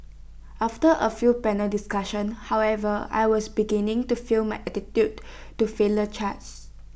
after A few panel discussions however I was beginning to feel my attitude to failure charge